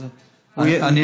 אפשר לקבל תשובה?